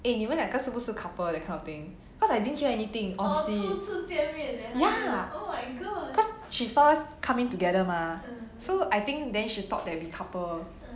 eh 你们两个是不是 couple that kind of thing cause I didn't hear anything honestly ya cause she saw us coming together mah so I think then she thought that we couple